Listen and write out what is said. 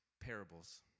parables